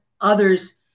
others